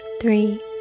three